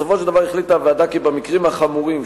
בסופו של דבר החליטה הוועדה כי במקרים החמורים,